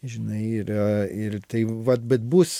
žinai yra ir tai vat bet bus